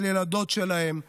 של ילדות שלהם,